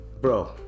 bro